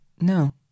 No